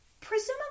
presumably